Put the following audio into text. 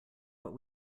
what